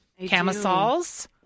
camisoles